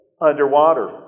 underwater